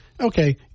okay